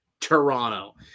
Toronto